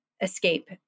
escape